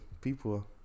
People